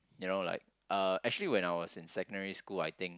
you know like uh actually when I was in secondary school I think